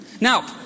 now